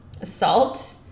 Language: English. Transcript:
assault